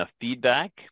feedback